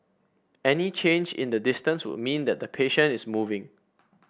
any change in the distance would mean that the patient is moving